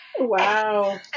Wow